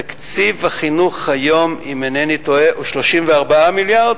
אם אינני טועה, תקציב החינוך היום הוא 34 מיליארד?